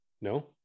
No